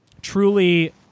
truly